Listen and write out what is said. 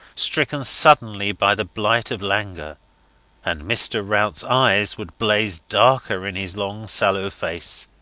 stricken suddenly by the blight of languor and mr. routs eyes would blaze darker in his long sallow face.